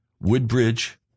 Woodbridge